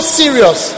serious